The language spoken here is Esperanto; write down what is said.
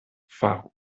faru